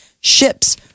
Ships